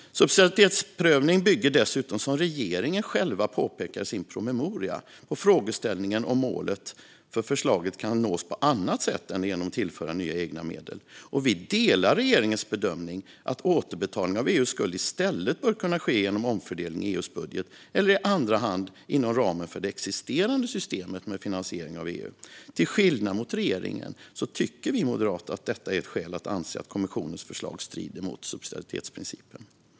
Subsidiaritetsprövning bygger dessutom, som regeringen själv påpekar i sin promemoria, på frågeställningen om målet för förslaget kan nås på annat sätt än genom att tillföra nya egna medel. Vi delar regeringens bedömning att återbetalning av EU:s skuld i stället bör kunna ske genom omfördelning i EU:s budget eller i andra hand inom ramen för det existerande systemet för egna medel. Till skillnad mot regeringen tycker vi moderater att detta är ett skäl att anse att kommissionens förslag strider mot subsidiaritetsprincipen.